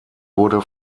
wurde